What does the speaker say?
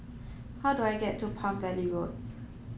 how do I get to Palm Valley Road